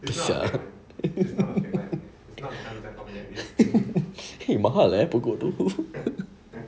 kau siak ah !hey! mahal pokok tu